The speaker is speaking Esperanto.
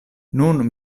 nun